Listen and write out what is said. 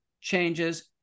changes